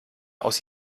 aus